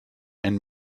and